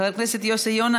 חבר הכנסת יוסי יונה,